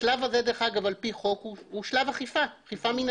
השלב הזה, על פי חוק, הוא שלב אכיפה מינהלי.